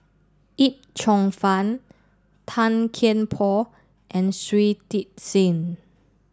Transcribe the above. Yip Cheong Fun Tan Kian Por and Shui Tit Sing